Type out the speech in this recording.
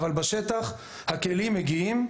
אבל בשטח הכלים מגיעים,